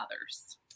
others